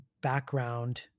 background